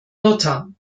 luther